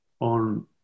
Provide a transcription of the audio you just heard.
on